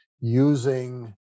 using